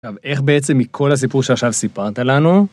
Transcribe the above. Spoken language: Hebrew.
עכשיו, איך בעצם מכל הסיפור שעכשיו סיפרת לנו?